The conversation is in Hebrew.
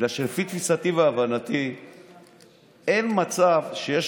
בגלל שלפי תפיסתי והבנתי אין מצב שיש